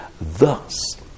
thus